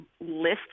list